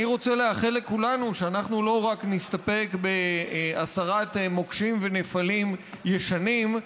אני רוצה לאחל לכולנו שאנחנו לא רק נסתפק בהסרת מוקשים ונפלים ישנים,